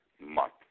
month